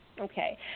Okay